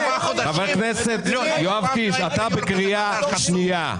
חבר הכנסת יואב קיש, אתה בקריאה שנייה.